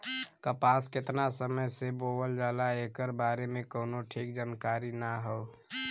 कपास केतना समय से बोअल जाला एकरे बारे में कउनो ठीक जानकारी ना हौ